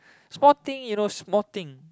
small thing you know small thing